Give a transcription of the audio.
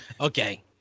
Okay